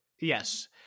Yes